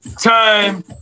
time